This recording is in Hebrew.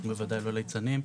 ואנחנו בוודאי לא ליצנים.